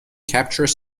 capture